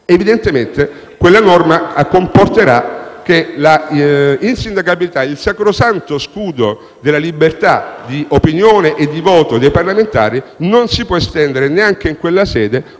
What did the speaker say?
Evidentemente quella norma comporterà che l'insindacabilità e il sacrosanto scudo della libertà di opinione e di voto dei parlamentari non si potrà estendere neanche in quella sede